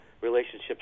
relationships